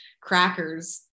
Crackers